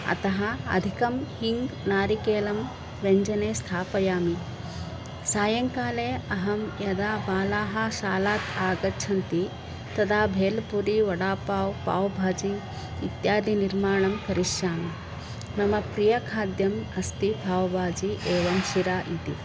अतः अधिकं हिङ्ग् नारिकेलं व्यञ्जने स्थापयामि सायङ्काले अहं यदा बालाः शालात् आगच्छन्ति तदा भेल्पुरी वडा पाव् पाव् भाजि इत्यादिनिर्माणं करिष्यामि मम प्रियखाद्यम् अस्ति पाव् भाजि एवं शिरा इति